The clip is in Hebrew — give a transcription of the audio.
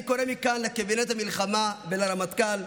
אני קורא מכאן לקבינט המלחמה ולרמטכ"ל: